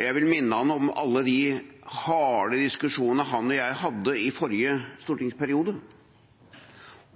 Jeg vil minne ham om alle de harde diskusjonene han og jeg hadde i forrige stortingsperiode,